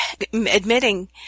admitting